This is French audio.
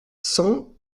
cent